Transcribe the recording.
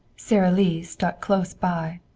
sara lee stuck close by.